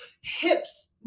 hips